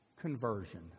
conversion